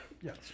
Yes